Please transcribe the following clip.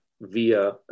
via